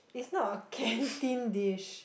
it's not a canteen dish